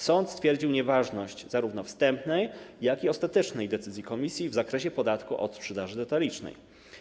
Sąd stwierdził nieważność zarówno wstępnej, jak i ostatecznej decyzji Komisji w zakresie podatku od sprzedaży detalicznej.